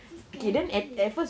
so scary eh